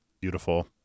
Beautiful